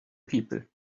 people